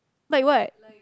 like what